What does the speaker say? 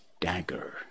dagger